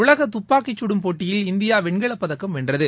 உலகதுப்பாக்கிசுடும் போட்டியில் இந்தியாவெண்கலப்பதக்கம் வென்றது